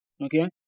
okay